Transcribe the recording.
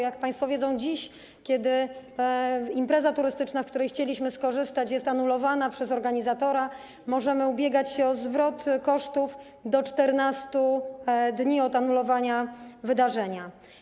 Jak państwo wiedzą, dziś, kiedy impreza turystyczna, z której chcieliśmy skorzystać, jest anulowana przez organizatora, możemy ubiegać się o zwrot kosztów w terminie do 14 dni od dnia anulowania wydarzenia.